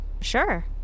sure